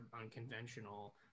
unconventional